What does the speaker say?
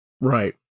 Right